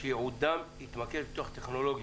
שייעודו פיתוח טכנולוגי.